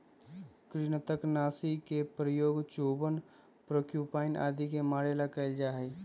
कृन्तकनाशी के प्रयोग चूहवन प्रोक्यूपाइन आदि के मारे ला कइल जा हई